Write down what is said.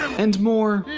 and more